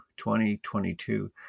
2022